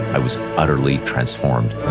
i was utterly transformed